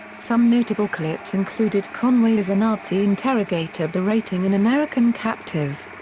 some notable clips included conway as a nazi interrogator berating an american captive.